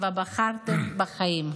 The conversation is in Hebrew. ובחרתם בחיים.